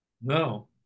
No